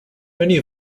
many